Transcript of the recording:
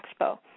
Expo